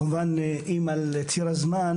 כמובן אם על ציר הזמן,